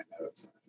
notes